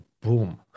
boom